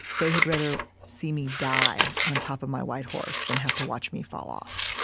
they had rather see me die on top of my white horse than have to watch me fall off.